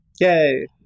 Yay